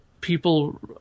people